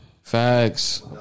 Facts